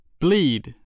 Bleed